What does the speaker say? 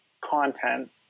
content